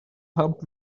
help